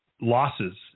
losses